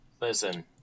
listen